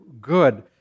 good